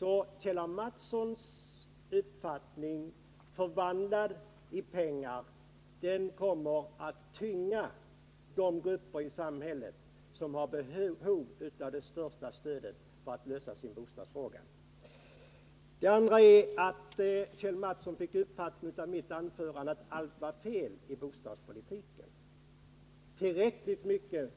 Kjell A. Mattssons uppfattning, förvandlad i pengar, kommer därför att tynga de grupper i samhället som har behov av det största stödet för att lösa sin bostadsfråga. Vidare fick Kjell A. Mattsson av mitt anförande den uppfattningen, att jag ansåg att allt var fel i bostadspolitiken. Tillräckligt mycket.